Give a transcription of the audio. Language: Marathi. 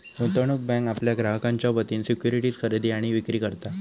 गुंतवणूक बँक आपल्या ग्राहकांच्या वतीन सिक्युरिटीज खरेदी आणि विक्री करता